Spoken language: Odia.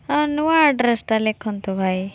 ହଁ ନୂଆ ଆଡ୍ରେସଟା ଲେଖନ୍ତୁ ଭାଇ